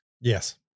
yes